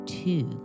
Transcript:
two